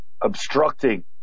Obstructing